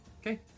Okay